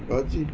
ਬਸ ਜੀ